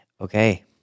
Okay